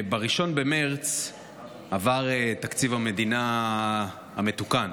ב-1 במרץ עבר תקציב המדינה המתוקן.